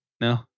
No